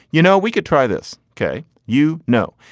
you know, we could try this. ok, you know,